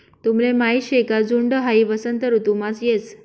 तुमले माहीत शे का झुंड हाई वसंत ऋतुमाच येस